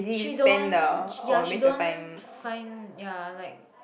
she don't ya she don't find ya like